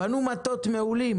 בנו מטות מעולים,